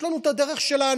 יש לנו את הדרך שלנו.